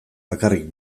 bakarrik